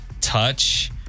Touch